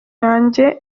yanjye